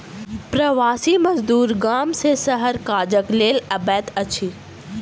प्रवासी मजदूर गाम सॅ शहर काजक लेल अबैत अछि